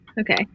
Okay